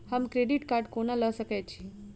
हम credit card कोना लऽ सकै छी?